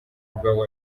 ubwa